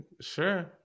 Sure